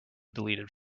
deleted